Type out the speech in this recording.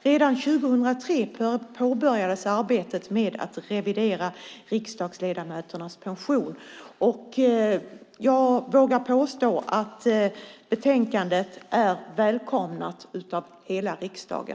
Redan 2003 påbörjades arbetet med att revidera riksdagsledamöternas pension, och jag vågar påstå att betänkandet är välkomnat av hela riksdagen.